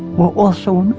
were also um